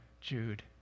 Jude